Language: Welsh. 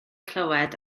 clywed